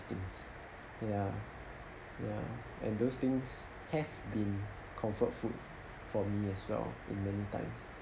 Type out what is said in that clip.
things ya ya and those things have been comfort food for me as well in many times